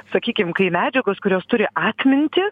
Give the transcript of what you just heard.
sakykim kai medžiagos kurios turi atmintį